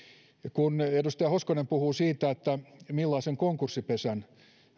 kun edustaja hoskonen puhuu siitä millaisen konkurssipesän